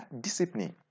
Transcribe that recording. discipline